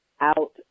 out